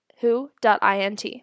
who.int